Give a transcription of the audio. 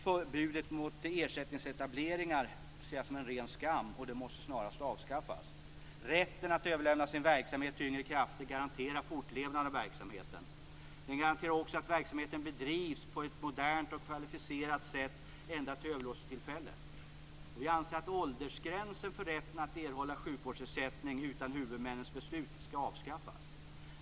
Förbudet mot ersättningsetableringar ser jag som en ren skam. Det måste snarast avskaffas. Rätten att överlämna sin verksamhet till yngre krafter garanterar fortlevnad av verksamheten. Den garanterar också att verksamheten bedrivs på ett modernt och kvalificerat sätt ända till överlåtelsetillfället. Vi anser att åldersgränsen för rätten att erhålla sjukvårdsersättning utan huvudmännens beslut skall avskaffas.